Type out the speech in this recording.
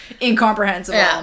incomprehensible